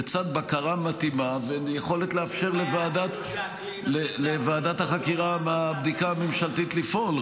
לצד בקרה מתאימה ויכולת לאפשר לוועדה החקירה מהבדיקה הממשלתית לפעול,